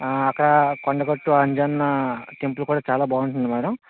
అక్కడ కొండగట్టు అంజన్న టెంపుల్ కూడా చాలా బాగుంటుంది మ్యాడమ్